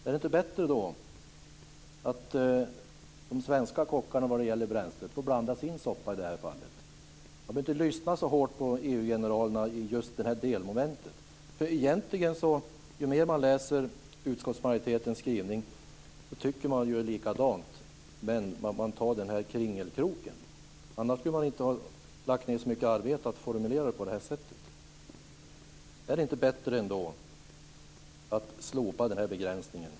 Är det inte bättre då att de svenska kockarna vad gäller bränslet i det här fallet får blanda sin soppa? Man behöver inte lyssna så hårt på EU-generalerna i just det här delmomentet. Ju mer jag läser utskottsmajoritetens skrivning, desto mer framgår det att man tycker lika. Men man gör en kringelkrok. Annars skulle man ju inte ha lagt ned så mycket arbete på att formulera sig på det här sättet. Är det ändå inte bättre att slopa den här begränsningen?